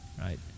right